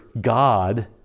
God